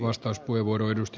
arvoisa puhemies